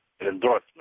endorsement